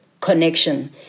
connection